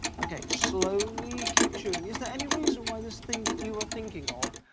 okay, slowly keep chewing, is there any reason why this thing that you are thinking of